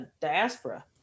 diaspora